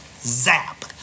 zap